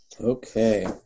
Okay